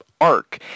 arc